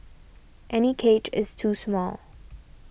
any cage is too small